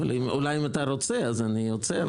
אבל אולי אם אתה רוצה אז אני עוצר.